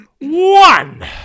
One